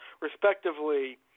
respectively